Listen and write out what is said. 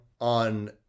on